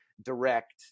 Direct